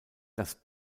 das